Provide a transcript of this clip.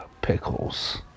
pickles